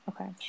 Okay